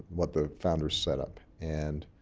what the founders set up. and,